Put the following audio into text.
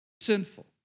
Sinful